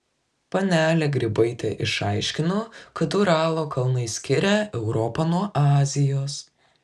panelė grybaitė išaiškino kad uralo kalnai skiria europą nuo azijos